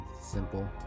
Simple